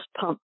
pump